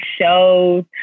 shows